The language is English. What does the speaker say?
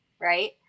right